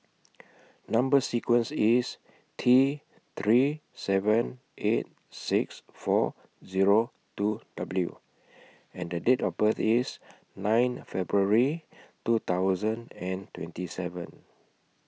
Number sequence IS T three seven eight six four Zero two W and Date of birth IS nine February two thousand and twenty seven